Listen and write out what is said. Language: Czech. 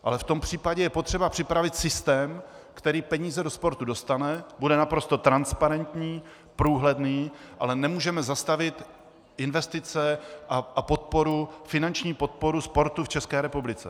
Ale v tom případě je potřeba připravit systém, který peníze do sportu dostane, bude naprosto transparentní, průhledný, ale nemůžeme zastavit investice a finanční podporu sportu v České republice.